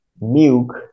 milk